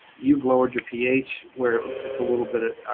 you've lowered your ph, where it's a little bit